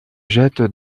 jette